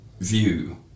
view